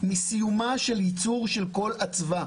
מסיום של ייצרו של כל אצווה.